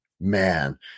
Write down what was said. man